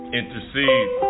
intercede